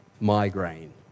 migraine